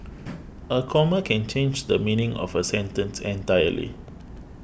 a comma can change the meaning of a sentence entirely